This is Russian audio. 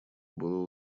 было